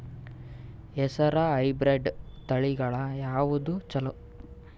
ಹೆಸರ ಹೈಬ್ರಿಡ್ ತಳಿಗಳ ಯಾವದು ಚಲೋ?